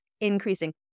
increasing